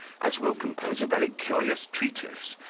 as will compose a very curious treatise,